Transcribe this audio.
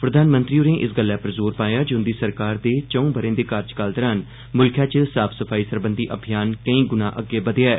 प्रधानमंत्री होरे इस गल्लै पर जोर पाया जे उंदी सरकार दे चौं ब'रे दे कार्यकाल दौरान मुल्खै च साफ सफाई सरबंघी अभियान केई गुणा अग्गे बघेआ ऐ